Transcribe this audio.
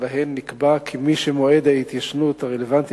ובהן נקבע כי מי שמועד ההתיישנות הרלוונטי